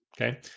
okay